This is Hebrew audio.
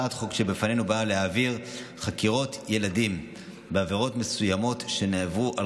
הצעת החוק שבפנינו באה להעביר חקירות ילדים בעבירות מסוימות שנעברו על